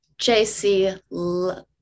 JC